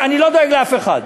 אני לא דואג לאף אחד,